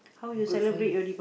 good for you